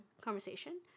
conversation